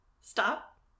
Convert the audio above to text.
stop